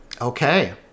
Okay